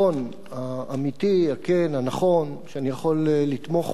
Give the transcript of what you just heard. הרצון האמיתי, הכן, הנכון, שאני יכול לתמוך בו,